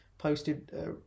posted